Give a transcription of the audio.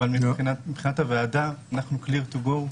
אבל מבחינת הוועדה אנחנו clear to go,